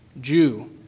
Jew